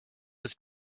was